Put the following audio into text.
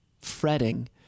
fretting